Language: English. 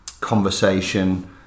conversation